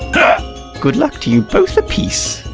yeah good luck to you both apiece.